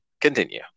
Continue